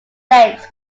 lakes